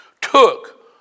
took